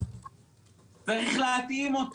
צריך להתאים אותה.